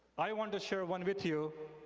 i want to share one with you.